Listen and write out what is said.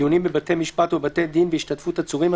(דיונים בבתי משפט ובבתי דין בהשתתפות עצורים,